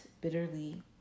bitterly